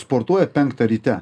sportuoja penktą ryte